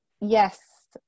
yes